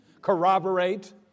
Corroborate